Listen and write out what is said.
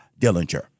Dillinger